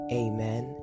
amen